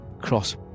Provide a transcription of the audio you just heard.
cross